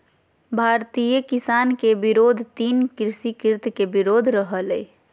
भारतीय किसान के विरोध तीन कृषि कृत्य के विरोध हलय